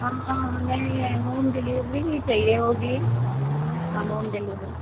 हाँ हमें home delivery ही चाहिए होगी हम होम डिलिवरी